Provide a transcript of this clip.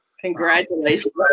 congratulations